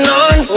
on